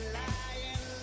lying